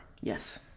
Yes